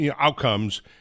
outcomes